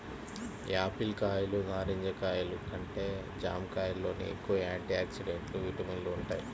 Apple కాయలు, నారింజ కాయలు కంటే జాంకాయల్లోనే ఎక్కువ యాంటీ ఆక్సిడెంట్లు, విటమిన్లు వుంటయ్